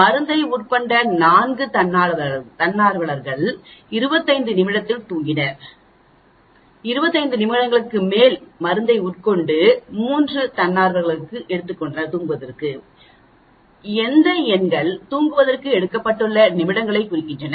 மருந்தை உட்கொண்ட 4 தன்னார்வலர்கள் 25 நிமிடங்களில் தூங்கினர் 25 நிமிடங்களுக்குப் மேல் மருந்தை உட்கொண்ட 3 தன்னார்வலர்கள் எடுத்துக் கொண்டனர் இந்த எண்கள் தூங்குவதற்கு எடுத்துக்கொள்ளப்பட்ட நிமிடங்களை குறிக்கிறது